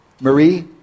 Marie